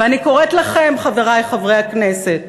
ואני קוראת לכם, חברי חברי הכנסת,